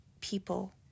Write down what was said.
people